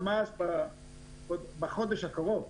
ממש בחודש הקרוב.